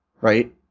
right